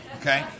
Okay